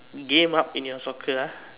game up in your soccer lah